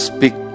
Speak